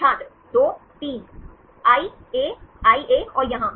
छात्र 2 3 I A I A और यहां